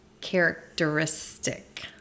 characteristic